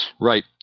Right